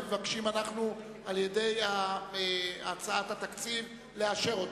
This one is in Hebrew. מבקשים אנחנו על-ידי הצעת התקציב לאשר אותו.